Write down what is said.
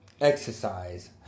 exercise